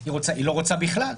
היא לא רוצה בכלל.